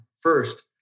first